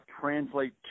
translate